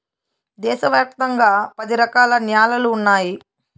దేశ వ్యాప్తంగా పది రకాల న్యాలలు ఉన్నాయి